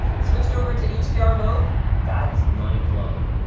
switched over into hdr mode. that is mind blowing.